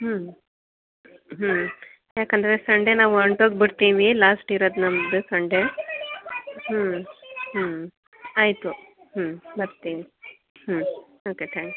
ಹ್ಞೂ ಹ್ಞೂ ಯಾಕೆಂದ್ರೆ ಸಂಡೆ ನಾವು ಒಂಟೋಗಿ ಬಿಡ್ತೀವಿ ಲಾಸ್ಟ್ ಇರೋದು ನಮ್ಮದು ಸಂಡೆ ಹ್ಞೂ ಹ್ಞೂ ಆಯಿತು ಹ್ಞೂ ಬರ್ತಿನಿ ಹ್ಞೂ ಓಕೆ ತ್ಯಾಂಕ್ ಯು